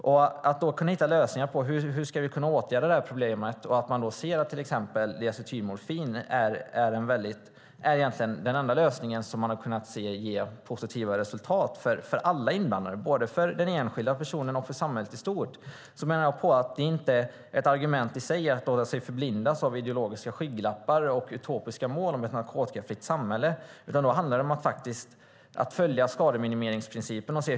Det gäller att hitta lösningar för att åtgärda problemet. Diacetylmorfin är den enda lösningen som man har kunnat se ge positiva resultat för alla inblandade, både för den enskilda personen och för samhället i stort. Det är inte ett argument i sig att låta sig förblindas av ideologiska skygglappar och utopiska mål om ett narkotikafritt samhälle. Det handlar om att följa skademinimeringsprincipen.